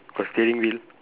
got steering wheel